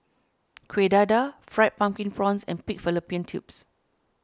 Kuih Dadar Fried Pumpkin Prawns and Pig Fallopian Tubes